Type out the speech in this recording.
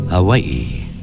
Hawaii